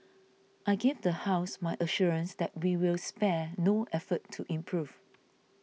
I give the House my assurance that we will spare no effort to improve